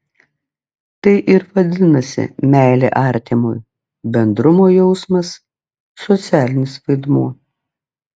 tai ir vadinasi meilė artimui bendrumo jausmas socialinis vaidmuo